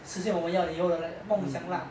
实现我们要的以后 like 梦想 lah